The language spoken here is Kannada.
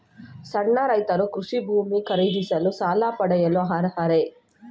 ಸಣ್ಣ ರೈತರು ಕೃಷಿ ಭೂಮಿ ಖರೀದಿಸಲು ಸಾಲ ಪಡೆಯಲು ಅರ್ಹರೇ?